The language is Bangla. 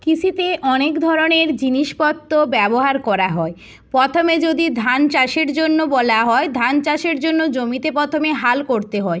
কৃষিতে অনেক ধরনের জিনিসপত্র ব্যবহার করা হয় প্রথমে যদি ধান চাষের জন্য বলা হয় ধান চাষের জন্য জমিতে প্রথমে হাল করতে হয়